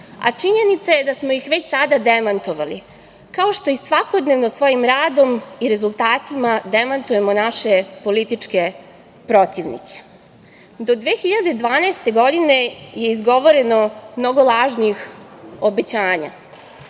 Činjenica je da smo ih sada demantovali, kao što i svakodnevno svojim radom i rezultatima demantujemo naše političke protivnike. Do 2012. godine je izgovoreno mnogo lažnih obećanja,